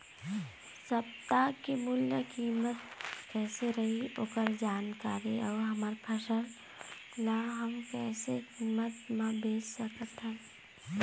सप्ता के मूल्य कीमत कैसे रही ओकर जानकारी अऊ हमर फसल ला हम कैसे कीमत मा बेच सकत हन?